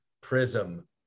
prism